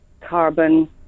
Carbon